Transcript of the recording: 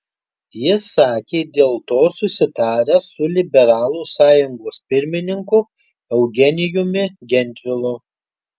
jis sakė dėl to susitaręs su liberalų sąjungos pirmininku eugenijumi gentvilu